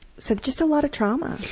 so just a lot of trauma.